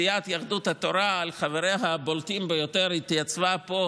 סיעת יהדות התורה על חבריה הבולטים ביותר התייצבה פה,